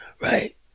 Right